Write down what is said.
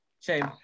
Shame